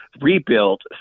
rebuild